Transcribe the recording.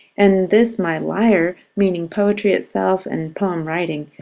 and this, my lyre, meaning poetry itself, and poem-writing,